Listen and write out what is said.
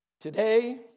Today